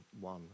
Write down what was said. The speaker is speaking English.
one